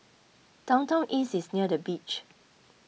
Downtown East is near the beach